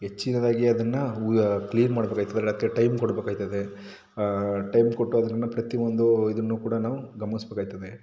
ಹೆಚ್ಚಿನದಾಗಿ ಅದನ್ನು ಕ್ಲೀನ್ ಮಾಡಬೇಕಾಯ್ತದೆ ಅದಕ್ಕೆ ಟೈಮ್ ಕೊಡಬೇಕಾಯ್ತದೆ ಟೈಮ್ ಕೊಟ್ಟು ಅದ್ರ ಮೇಲೆ ಪ್ರತಿಯೊಂದು ಇದನ್ನು ಕೂಡ ನಾವು ಗಮನಿಸಬೇಕಾಯ್ತದೆ